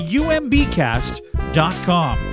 umbcast.com